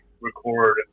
record